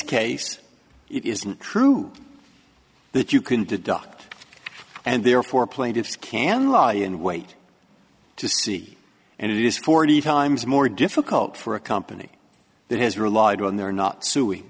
case it isn't true that you can deduct and therefore plaintiffs can lie and wait to see and it is forty times more difficult for a company that has relied on their not suing